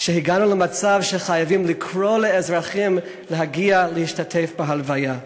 שהגענו למצב שחייבים לקרוא לאזרחים להגיע להשתתף בהלוויה.